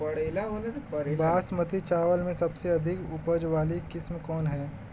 बासमती चावल में सबसे अधिक उपज वाली किस्म कौन है?